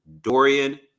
Dorian